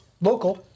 local